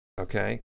Okay